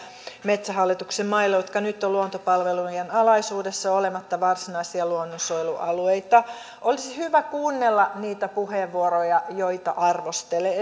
metsähallituksen mailla jotka nyt ovat luontopalvelujen alaisuudessa olematta varsinaisia luonnonsuojelualueita olisi hyvä kuunnella niitä puheenvuoroja joita arvostelee